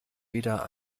wieder